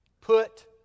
put